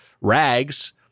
rags